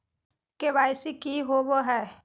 KYC की होबो है?